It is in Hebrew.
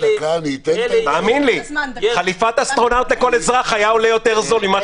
אלי --- חליפת אסטרונאוט לכל אזרח היה יותר זול.